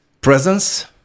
presence